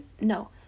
No